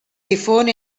difon